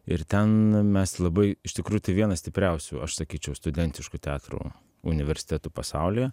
ir ten mes labai iš tikrųjų tai vienas stipriausių aš sakyčiau studentiškų teatrų universitetų pasaulyje